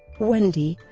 wendy